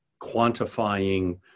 quantifying